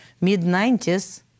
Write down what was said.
mid-90s